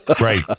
Right